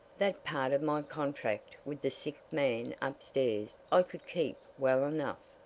that part of my contract with the sick man upstairs i could keep well enough,